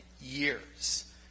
years